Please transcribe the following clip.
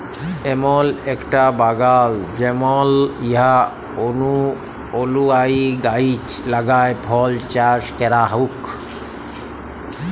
এমল একটা বাগাল জেমল ইছা অলুযায়ী গাহাচ লাগাই ফল চাস ক্যরা হউক